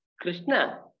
Krishna